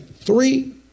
three